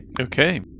Okay